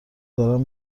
دارن